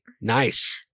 Nice